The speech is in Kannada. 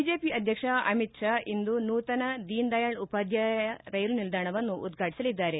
ಬಿಜೆಪಿ ಅಧ್ಯಕ್ಷ ಅಮಿತ್ ಶಾ ಇಂದು ನೂತನ ದೀನ್ದಯಾಳ್ ಉಪಾಧ್ಯಾಯ ರೈಲು ನಿಲ್ದಾಣವನ್ನು ಉದ್ಘಾಟಿಸಲಿದ್ದಾರೆ